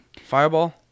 Fireball